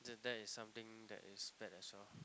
that is something that is bad as well